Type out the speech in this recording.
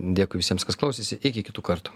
dėkui visiems kas klausėsi iki kitų kartų